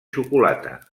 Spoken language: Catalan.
xocolata